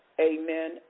Amen